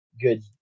good